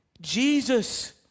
Jesus